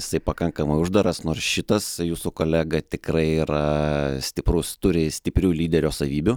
jisai pakankamai uždaras nors šitas jūsų kolega tikrai yra stiprus turi stiprių lyderio savybių